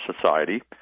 Society